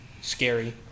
scary